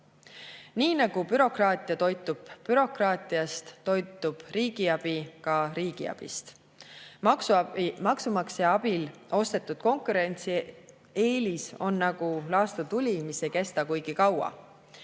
Nii nagu bürokraatia toitub bürokraatiast, toitub riigiabi ka riigiabist. Maksumaksja abil ostetud konkurentsieelis on nagu laastutuli, mis ei kesta kuigi kaua.